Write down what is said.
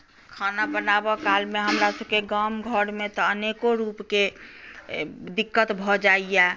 खाना बनाबऽ कालमे हमरा सभके गाम घरमे तऽ अनेको रुपके दिक्कत भऽ जाइया